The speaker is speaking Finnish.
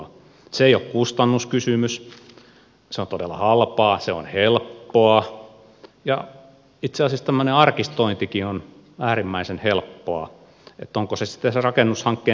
se ei ole kustannuskysymys se on todella halpaa se on helppoa ja itse asiassa tämmöinen arkistointikin on äärimmäisen helppoa onko se sitten sen rakennushankkeen päiväkirja